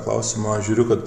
klausimą žiūriu kad